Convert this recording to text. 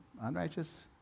unrighteous